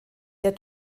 der